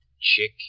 Chick